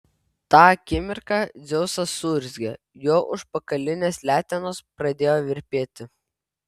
tą akimirką dzeusas suurzgė jo užpakalinės letenos pradėjo virpėti